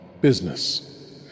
business